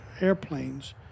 airplanes